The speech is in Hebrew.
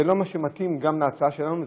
זה לא מתאים להצעה שלנו,